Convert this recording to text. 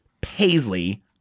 paisley